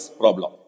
problem